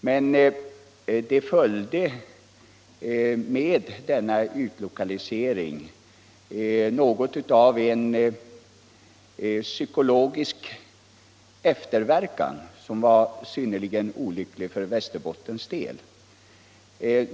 Men med denna utlokalisering följde något av en psykologisk efterverkan, som var synnerligen olycklig för Västerbottens del.